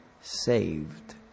saved